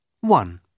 One